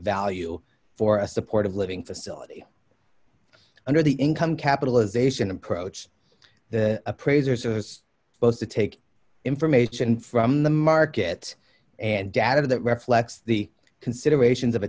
value for a supportive living facility under the income capitalization approach appraisers who was supposed to take information from the market and data that reflect the considerations of a